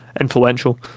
influential